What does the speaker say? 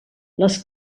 les